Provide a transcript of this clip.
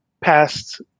past